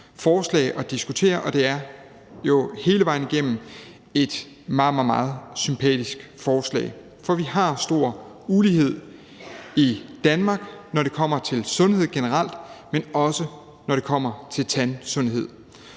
forslag at diskutere, og det er hele vejen igennem et meget, meget sympatisk forslag, for vi har stor ulighed i Danmark, når det kommer til sundhed generelt, og også når det kommer til tandsundhed.